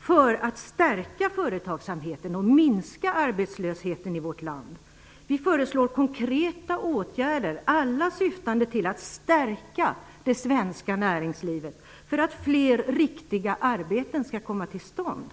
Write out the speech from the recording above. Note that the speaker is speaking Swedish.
för att stärka företagsamheten och minska arbetslösheten i vårt land. Vi föreslår konkreta åtgärder, alla syftande till att stärka det svenska näringslivet för att fler riktiga arbeten skall komma till stånd.